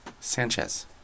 Sanchez